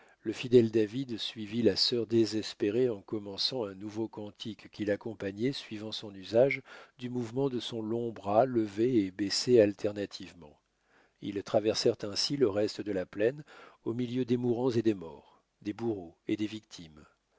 le fidèle david suivit la sœur désespérée en commençant un nouveau cantique qu'il accompagnait suivant son usage du mouvement de son long bras levé et baissé alternativement ils traversèrent ainsi le reste de la plaine au milieu des mourants et des morts des bourreaux et des victimes